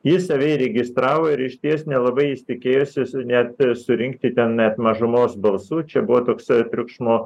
jis save įregistravo ir išties nelabai jis tikėjosis net surinkti ten net mažumos balsų čia buvo toks triukšmo